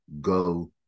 go